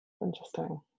Interesting